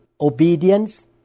obedience